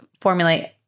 formulate